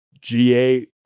GA